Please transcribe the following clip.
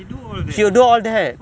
do all that ah